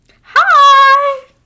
Hi